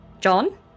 John